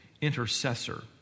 intercessor